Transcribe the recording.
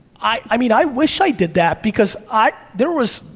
i i mean, i wish i did that, because i, there was,